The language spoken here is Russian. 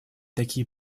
такие